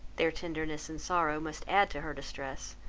their tenderness and sorrow must add to her distress,